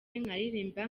nkaririmba